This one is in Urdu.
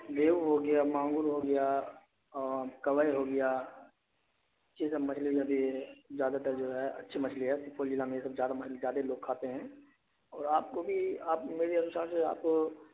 ریہو ہو گیا مانگور ہو گیا اور کوائی ہو گیا یہ سب مچھلی ابھی زیادہ تر جو ہے اچھی مچھلی ہے سپول ضلع میں یہ سب زیادہ زیادہ لوگ کھاتے ہیں اور آپ کو بھی آپ میرے انوسار سے آپ